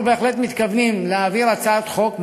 אנחנו בהחלט מתכוונים להעביר הצעת חוק,